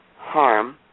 harm